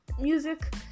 music